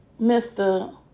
Mr